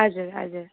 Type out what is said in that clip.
हजुर हजुर